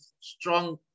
strong